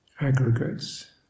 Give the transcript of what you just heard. aggregates